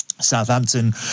Southampton